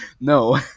No